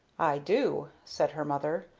i do, said her mother.